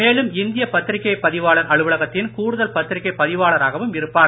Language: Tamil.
மேலும் இந்திய பத்திரிகை பதிவாளர் அலுவலகத்தின் கூடுதல் பத்திரிகை பதிவாளராகவும் இருப்பார்